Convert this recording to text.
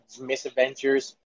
misadventures